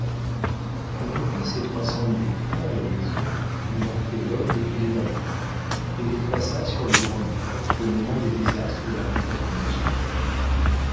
elle reprit ses trois cent mille francs à la maison où l'archéologue les faisait valoir et les plaça sur le grand-livre au moment des désastres de la retraite de moscou